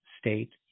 state